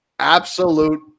absolute